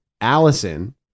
Allison